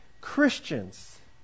Christians